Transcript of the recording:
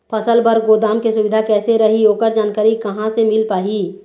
फसल बर गोदाम के सुविधा कैसे रही ओकर जानकारी कहा से मिल पाही?